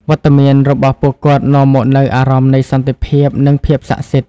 វត្តមានរបស់ពួកគាត់នាំមកនូវអារម្មណ៍នៃសន្តិភាព និងភាពស័ក្តិសិទ្ធិ។